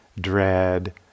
dread